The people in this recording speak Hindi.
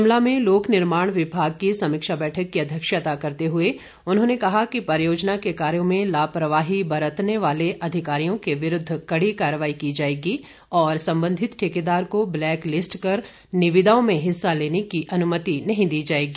शिमला में लोक निर्माण विभाग की समीक्षा बैठक की अध्यक्षता करते हुए उन्होंने कहा कि परियोजना के कार्यों में लापरवाही बरतने वाले अधिकारियों के विरुद्ध कड़ी कार्रवाई की जाएगी और संबंधित ठेकेदार को ब्लैकलिस्ट कर निविदाओं में हिस्सा लेने की अनुमति नहीं दी जाएगी